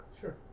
Sure